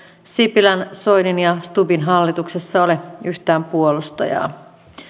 sipilän soinin ja stubbin hallituksessa ole yhtään puolustajaa